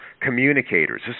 communicators